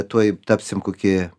tuoj tapsim koki